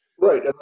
Right